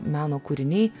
meno kūriniai